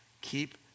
Keep